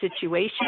situation